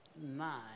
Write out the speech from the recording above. nine